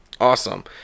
Awesome